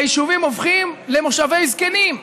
והיישובים הופכים למושבי זקנים.